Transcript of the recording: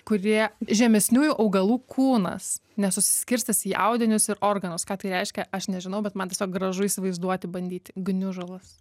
kurie žemesniųjų augalų kūnas nesusiskirstęs į audinius ir organus ką tai reiškia aš nežinau bet man tiesiog gražu įsivaizduoti bandyti gniužulas